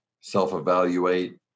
self-evaluate